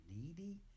needy